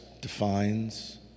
defines